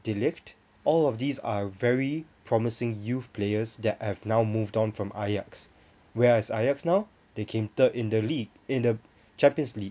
de ligt all of these are very promising youth players that have now moved on from ayax where is ayax now they came third in the league in the champions league